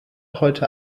heute